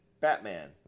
Batman